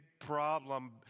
problem